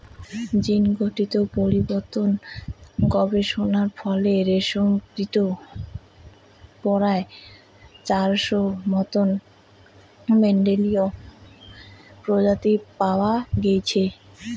জীনঘটিত পরিবর্তন গবেষণার ফলে রেশমকীটের পরায় চারশোর মতন মেন্ডেলীয় প্রজাতি পাওয়া গেইচে